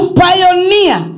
pioneer